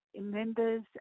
members